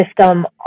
system